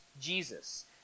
Jesus